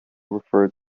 referred